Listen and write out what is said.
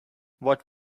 what